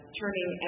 turning